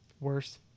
Worse